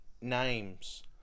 names